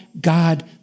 God